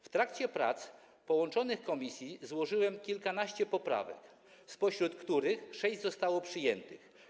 W trakcie prac połączonych komisji złożyłem kilkanaście poprawek, spośród których sześć zostało przyjętych.